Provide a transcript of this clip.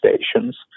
stations